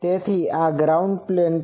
તેથી આ ground plane છે